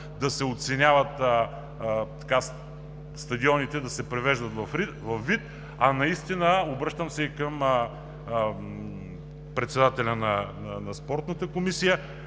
да се оценяват стадионите и да се привеждат във вид. Наистина обръщам се и към председателя на Спортната комисия,